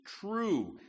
true